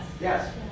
Yes